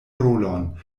rolon